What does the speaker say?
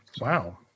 Wow